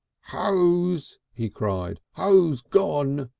hose! he cried. hose gone!